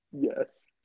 Yes